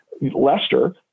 Leicester